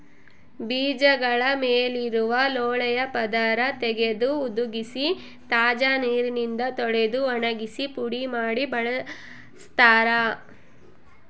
ಬೀಜಗಳ ಮೇಲಿರುವ ಲೋಳೆಯ ಪದರ ತೆಗೆದು ಹುದುಗಿಸಿ ತಾಜಾ ನೀರಿನಿಂದ ತೊಳೆದು ಒಣಗಿಸಿ ಪುಡಿ ಮಾಡಿ ಬಳಸ್ತಾರ